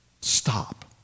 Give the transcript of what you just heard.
stop